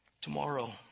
tomorrow